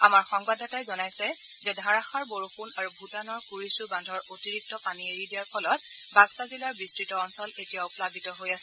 আমাৰ সংবাদদাতাই জনাইছে যে ধাৰাসাৰ বৰষুণ আৰু ভূটানৰ কুৰিগ্ন বান্ধৰ অতিৰিক্ত পানী এৰি দিয়াৰ ফলত বাক্সা জিলাৰ বিস্তত অঞ্চল এতিয়াও প্লাবিত হৈ আছে